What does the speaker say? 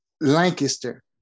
Lancaster